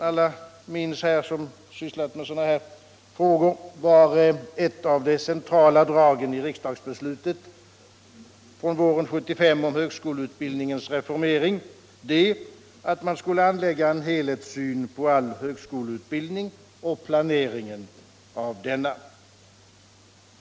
Alla som har sysslat med dessa frågor minns säkert att ett av de centrala dragen i riksdagsbeslutet våren 1975 om högskoleutbildningens reformering var att man skulle anlägga en helhetssyn på all högskoleutbildning och planeringen av den.